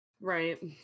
right